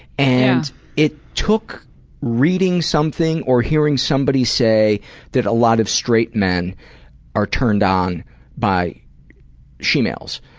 and it took reading something or hearing somebody say that a lot of straight men are turned on by she-males,